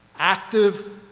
Active